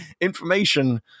information